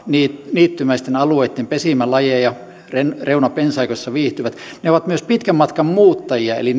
niittymäisten alueitten pesimälajeja reunapensaikossa viihtyvät ne ovat myös pitkänmatkanmuuttajia eli